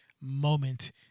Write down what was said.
moment